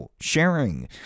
sharing